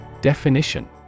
Definition